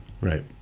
Right